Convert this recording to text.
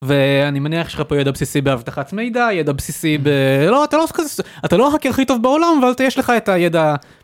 ואני מניח שיש לך פה ידע בסיסי באבטחת מידע ידע בסיסי בלא אתה לא אתה לא הכי הכי טוב בעולם ואתה יש לך את הידע.